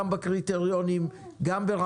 גם בקריטריונים,